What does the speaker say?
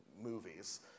movies